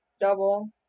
double